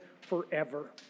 forever